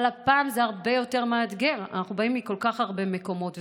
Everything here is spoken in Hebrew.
אבל הפעם זה הרבה יותר מאתגר: אנחנו באים מכל כך הרבה מקומות,